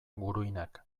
guruinak